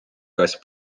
kas